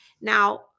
Now